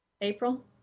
April